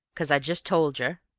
cos i've just told yer